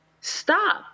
stop